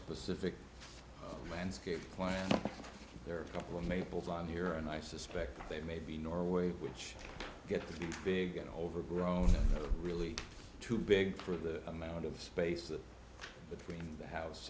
specific landscape plants there are a couple maples on here and i suspect they may be norway which gets big and overgrown really too big for the amount of space between the house